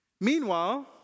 Meanwhile